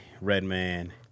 Redman